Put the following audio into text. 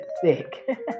sick